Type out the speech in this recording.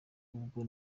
ubwo